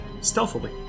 stealthily